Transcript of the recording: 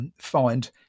find